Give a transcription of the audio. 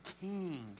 king